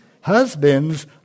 husbands